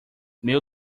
meu